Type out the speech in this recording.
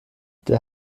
der